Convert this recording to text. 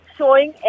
showing